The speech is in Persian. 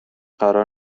قرار